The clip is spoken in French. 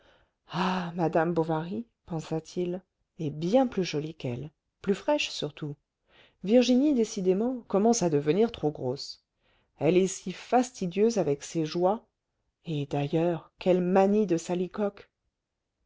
ah madame bovary pensa-t-il est bien plus jolie qu'elle plus fraîche surtout virginie décidément commence à devenir trop grosse elle est si fastidieuse avec ses joies et d'ailleurs quelle manie de salicoques